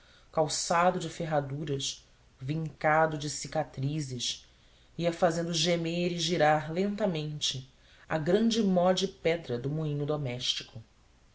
calçado de ferraduras vincado de cicatrizes ia fazendo gemer e girar lentamente a grande mó de pedra do moinho doméstico